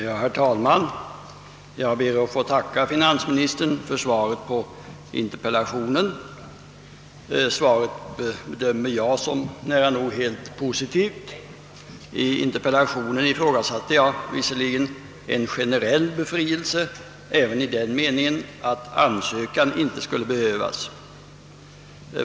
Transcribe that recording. Herr talman! Jag ber att få tacka finansministern för svaret på interpellationen. Svaret bedömer jag som nära nog helt positivt. I interpellationen ifrågasatte jag visserligen en generell befrielse även i den meningen att ansökan inte skulle behövas.